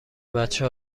بچه